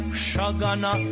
Shagana